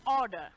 order